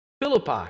Philippi